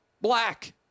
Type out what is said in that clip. black